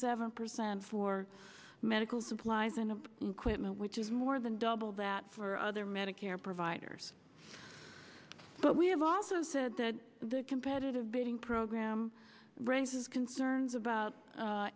seven percent for medical supplies in a in quitman which is more than double that for other medicare providers but we have also said that the competitive bidding program raises concerns about a